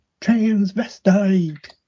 transvestite